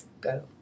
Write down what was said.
Go